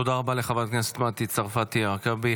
תודה רבה לחברת הכנסת מטי צרפתי הרכבי.